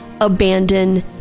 abandon